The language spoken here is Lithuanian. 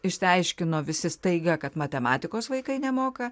išsiaiškino visi staiga kad matematikos vaikai nemoka